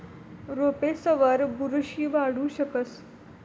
रोपेसवर बुरशी वाढू शकस